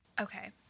okay